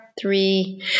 three